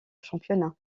championnat